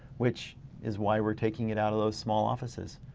which is why we're taking it out of those small offices.